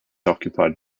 occupied